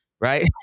right